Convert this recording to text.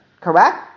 correct